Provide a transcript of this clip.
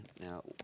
Now